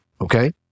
Okay